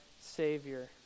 Savior